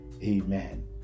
Amen